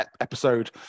episode